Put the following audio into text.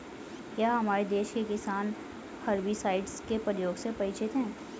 क्या हमारे देश के किसान हर्बिसाइड्स के प्रयोग से परिचित हैं?